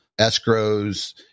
escrows